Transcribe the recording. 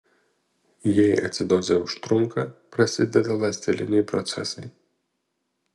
jei acidozė užtrunka prasideda ląsteliniai procesai